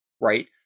right